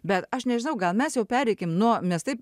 bet aš nežinau gal mes jau pereikim nuo mes taip